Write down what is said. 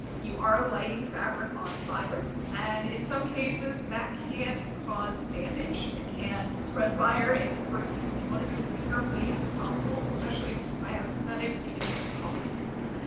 you are lighting fabric on fire and in some cases that can cause damage, it can spread fire, it can hurt you. so you want to do it as carefully as possible. especially if you might have a synthetic, it can even put off fumes.